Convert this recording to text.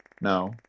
no